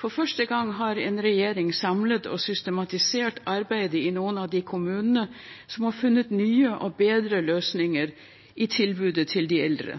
For første gang har en regjering samlet og systematisert arbeidet i noen av de kommunene som har funnet nye og bedre løsninger i tilbudet til de eldre.